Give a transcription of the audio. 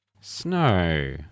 Snow